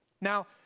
Now